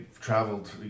traveled